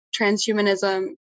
transhumanism